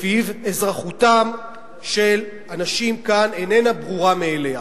שלפיו אזרחותם של אנשים כאן איננה ברורה מאליה.